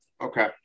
okay